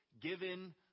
given